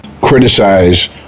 criticize